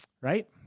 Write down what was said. right